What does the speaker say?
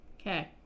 Okay